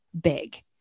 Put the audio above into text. big